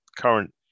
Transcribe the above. current